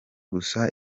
gusa